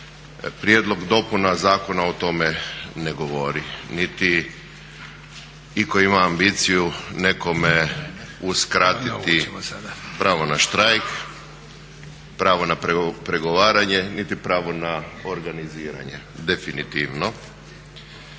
prijedlog dopuna zakona o tome ne govori niti itko ima ambiciju uskratiti pravo na štrajk, pravo na pregovaranje niti pravo na organiziranje, definitivno